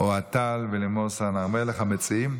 אוהד טל ולימור סון הר מלך, המציעים.